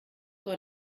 vor